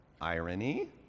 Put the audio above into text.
Irony